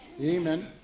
Amen